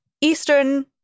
eastern